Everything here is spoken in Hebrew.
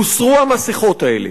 הוסרו המסכות האלה,